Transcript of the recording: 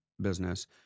business